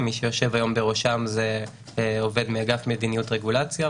מי שיושב היום בראשן הוא עובד מאגף מדיניות רגולציה.